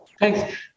Thanks